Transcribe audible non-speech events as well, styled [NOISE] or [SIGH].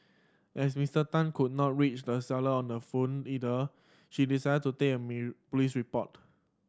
as Mister Tan could not reach the seller on the phone either she decided to take a [UNINTELLIGIBLE] police report